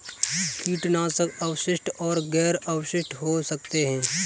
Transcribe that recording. कीटनाशक अवशिष्ट और गैर अवशिष्ट हो सकते हैं